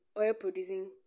oil-producing